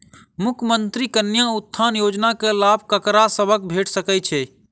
मुख्यमंत्री कन्या उत्थान योजना कऽ लाभ ककरा सभक भेट सकय छई?